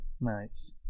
Nice